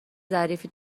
ظریفی